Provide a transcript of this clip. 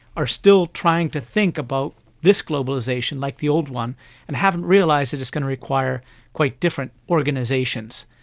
are still trying to think about this globalisation like the old one and haven't realised that it's going to require quite different organisations.